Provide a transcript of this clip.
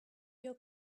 your